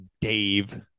Dave